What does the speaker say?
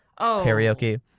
karaoke